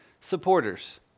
supporters